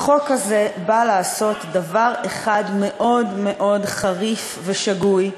החוק הזה בא לעשות דבר אחד מאוד מאוד חריף ושגוי,